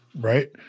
Right